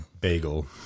Bagel